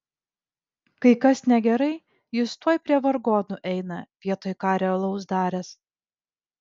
kai kas negerai jis tuoj prie vargonų eina vietoj ką realaus daręs